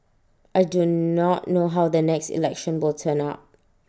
I do not know how the next election will turn out